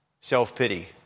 self-pity